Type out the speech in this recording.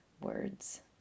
words